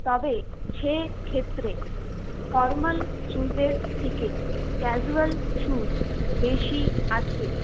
তবে সেক্ষেত্রে ফরমাল শুজের থেকে ক্যাজুয়াল শুজ বেশি আছে